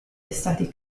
estati